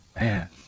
Man